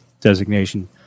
designation